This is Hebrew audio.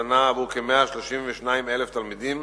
הזנה עבור כ-132,000 תלמידים,